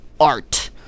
art